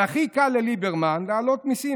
והכי קל לליברמן להעלות מיסים,